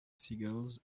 seagulls